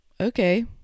okay